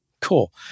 cool